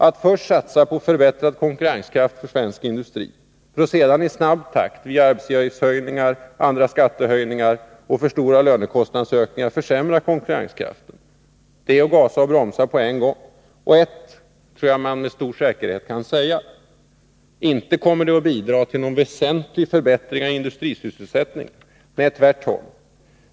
Att först satsa på förbättrad konkurrenskraft för svensk industri för att sedan i snabb takt via arbetsgivaravgiftshöjningar, andra skattehöjningar och för stora lönekostnadsökningar försämra konkurrenskraften är att gasa och bromsa på en gång. Ett tror jag att man med stor säkerhet kan säga: Inte kommer det att bidra till någon väsentlig förbättring av industrisysselsättningen. Nej, tvärtom!